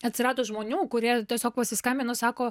atsirado žmonių kurie tiesiog pasiskambino sako